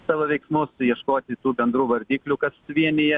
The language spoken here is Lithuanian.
savo veiksmus ieškoti tų bendrų vardiklių kas vienija